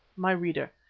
my reader,